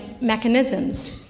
mechanisms